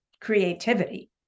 creativity